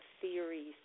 theories